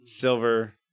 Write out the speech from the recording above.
silver